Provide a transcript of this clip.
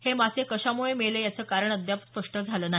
हे मासे कशामुळे मेले याचं कारण अद्याप स्पष्ट झालं नाही